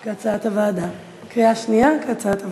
זה בקריאה שנייה, כהצעת הוועדה.